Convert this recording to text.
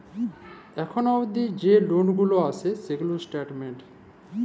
এখুল অবদি যে লল গুলা আসে সেগুলার স্টেটমেন্ট